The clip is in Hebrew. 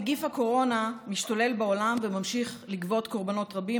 נגיף הקורונה משתולל בעולם וממשיך לגבות קורבנות רבים.